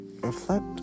reflect